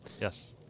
yes